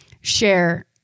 share